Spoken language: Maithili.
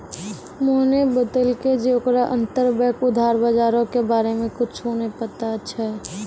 मोहने बतैलकै जे ओकरा अंतरबैंक उधार बजारो के बारे मे कुछु नै पता छै